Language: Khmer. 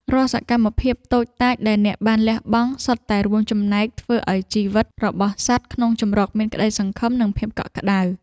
រាល់សកម្មភាពតូចតាចដែលអ្នកបានលះបង់ សុទ្ធតែរួមចំណែកធ្វើឱ្យជីវិតរបស់សត្វក្នុងជម្រកមានក្ដីសង្ឃឹម និងភាពកក់ក្ដៅ។